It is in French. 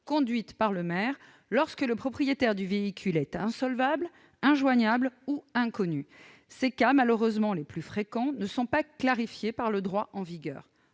conduites par le maire lorsque le propriétaire du véhicule est insolvable, injoignable ou inconnu ? Ces cas, malheureusement les plus fréquents, ne sont pas clarifiés par le droit en vigueur.